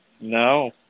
No